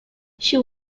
she